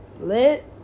lit